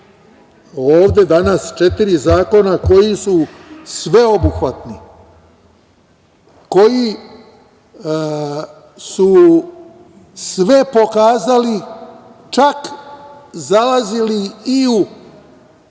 ovde danas četiri zakona koji su sveobuhvatni, koji su sve pokazali, čak zalazili i u